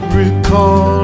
recall